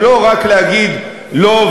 ולא רק להגיד "לא",